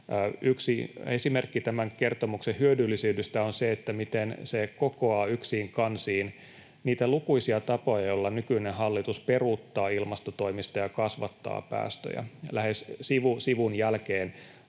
Yksi esimerkki tämän kertomuksen hyödyllisyydestä on se, miten se kokoaa yksiin kansiin niitä lukuisia tapoja, joilla nykyinen hallitus peruuttaa ilmastotoimista ja kasvattaa päästöjä. Lähes sivu sivun jälkeen